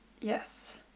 Yes